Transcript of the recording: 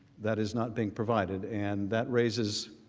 that is not being provided and that raises